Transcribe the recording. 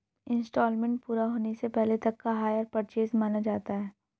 instalment पूरा होने से पहले तक हायर परचेस माना जाता है